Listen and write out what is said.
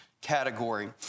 category